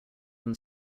than